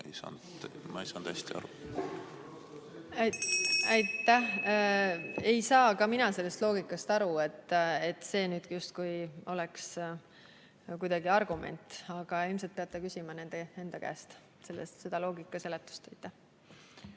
Ma ei saanud hästi aru. Aitäh! Ei saa ka mina sellest loogikast aru, et see nüüd justkui oleks kuidagi argument. Aga ilmselt peate küsima nende enda käest selle loogika seletust.